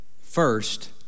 First